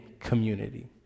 community